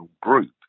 group